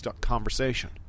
conversation